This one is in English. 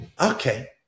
okay